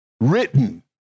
written